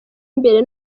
imbere